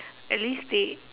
at least they